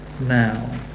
now